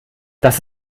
das